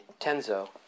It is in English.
Tenzo